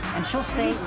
and she'll say